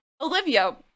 Olivia